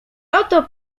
oto